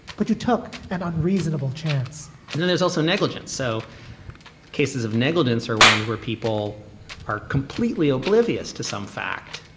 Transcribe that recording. but you took an unreasonable chance there's also negligence. so cases of negligence are ones where people are completely oblivious to some fact.